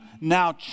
now